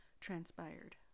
transpired